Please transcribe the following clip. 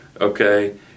okay